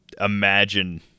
imagine